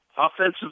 Offensive